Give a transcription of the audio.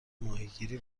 ماهیگیری